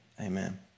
amen